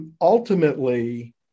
ultimately